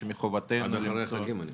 עד אחרי החגים.